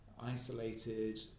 isolated